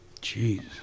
Jeez